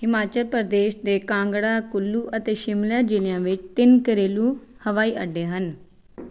ਹਿਮਾਚਲ ਪ੍ਰਦੇਸ਼ ਦੇ ਕਾਂਗੜਾ ਕੁੱਲੂ ਅਤੇ ਸ਼ਿਮਲਾ ਜ਼ਿਲ੍ਹਿਆਂ ਵਿੱਚ ਤਿੰਨ ਘਰੇਲੂ ਹਵਾਈ ਅੱਡੇ ਹਨ